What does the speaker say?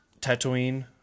Tatooine